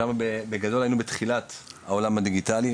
שם בגדול היינו בתחילת העולם הדיגיטלי,